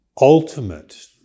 ultimate